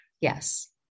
Yes